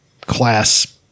class